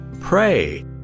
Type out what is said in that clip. pray